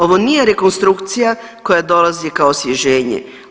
Ovo nije rekonstrukcija koja dolazi kao osvježenje.